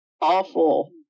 awful